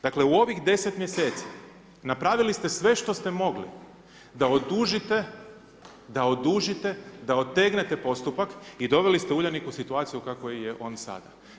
Dakle u ovih 10 mjeseci, napravili ste sve što ste mogli da odužite, da odužite, da otegnete postupak i doveli ste Uljanik u situaciju u kakvoj je on sada.